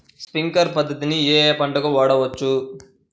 Sprinkler పద్ధతిని ఏ ఏ పంటలకు వాడవచ్చు?